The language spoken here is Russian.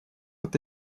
это